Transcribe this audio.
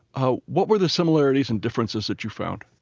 ah what were the similarities and differences that you found?